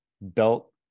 belt